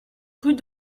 rue